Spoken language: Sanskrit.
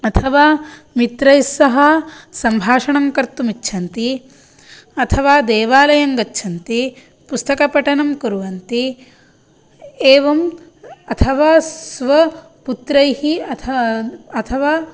अथवा मित्रैः सह सम्भाषणं कर्तुं इच्छन्ति अथवा देवालयं गच्छन्ति पुस्तकपठनं कुर्वन्ति एवं अथवा स्वपुत्रैः अथ अथवा